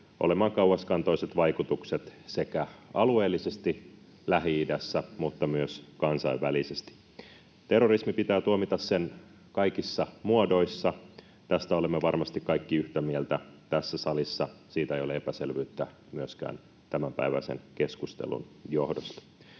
olemaan kauaskantoiset vaikutukset sekä alueellisesti Lähi-idässä että myös kansainvälisesti. Terrorismi pitää tuomita sen kaikissa muodoissa. Tästä olemme varmasti kaikki yhtä mieltä tässä salissa. Siitä ei ole epäselvyyttä myöskään tämänpäiväisen keskustelun johdosta.